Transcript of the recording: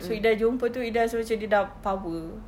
so ida jumpa itu ida rasa macam dia sudah power